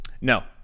No